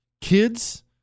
kids